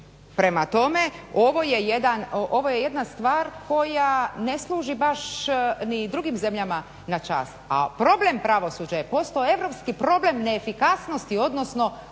Prema tome, ovo je jedna stvar koja ne služi baš ni drugim zemljama na čast, a problem pravosuđa je postao europski problem neefikasnosti, odnosno